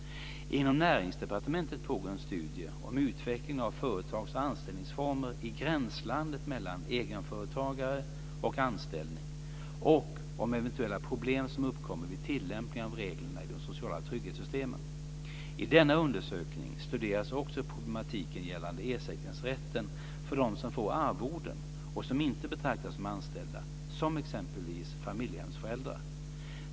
Inom Näringsdepartementet pågår en studie om utvecklingen av företags och anställningsformer i gränslandet mellan egenföretagare och anställning och om eventuella problem som uppkommer vid tillämpningen av reglerna i de sociala trygghetssystemen. I denna undersökning studeras också problematiken gällande ersättningsrätten för dem som får arvoden och som inte betraktas som anställda, som exempelvis familjehemsföräldrar.